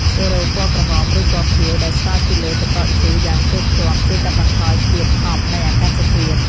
សេរ៉ូពណ៌ក្រហមឬពណ៌ខៀវដែលស្រោចពីលើទឹកកកឈូសយ៉ាងជោកជាំជួយកាត់បន្ថយភាពហប់នៃអាកាសធាតុ។